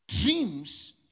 Dreams